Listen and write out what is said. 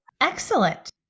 Excellent